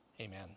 Amen